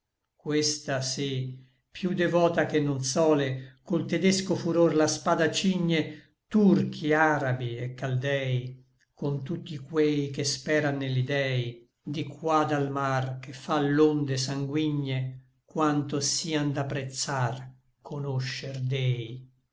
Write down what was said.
questa se piú devota che non sòle col tedesco furor la spada cigne turchi arabi et caldei con tutti quei che speran nelli dèi di qua dal mar che fa l'onde sanguigne quanto sian da prezzar conoscer di